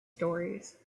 stories